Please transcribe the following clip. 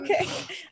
okay